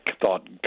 thought